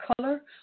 color